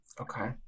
okay